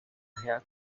hair